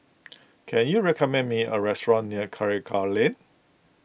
can you recommend me a restaurant near Karikal Lane